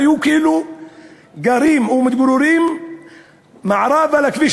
היו כאילו גרים ומתגוררים מערבה לכביש